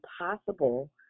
impossible